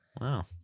Wow